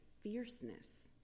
fierceness